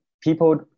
people